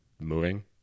moving